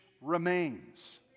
remains